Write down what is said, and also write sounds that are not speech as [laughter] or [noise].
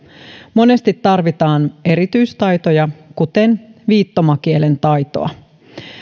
monesti tarvitaan erityistaitoja kuten viittomakielen taitoa [unintelligible]